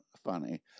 funny